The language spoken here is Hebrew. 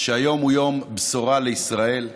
שהיום הוא יום בשורה לישראל,